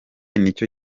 nicyo